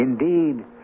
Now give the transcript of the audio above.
Indeed